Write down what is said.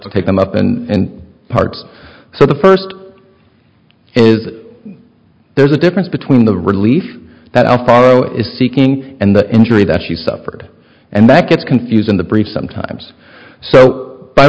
to take them up and parts so the first is there's a difference between the relief that i follow is seeking and the injury that she suffered and that gets confusing the brief sometimes so by